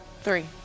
Three